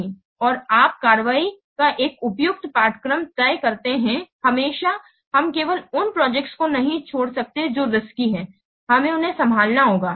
और आप कार्रवाई का एक उपयुक्त पाठ्यक्रम तय करते हैं हमेशा हम केवल उन प्रोजेक्ट को नहीं छोड़ सकते जो रिस्की हैं हमें उन्हें संभालना होगा